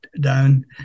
Down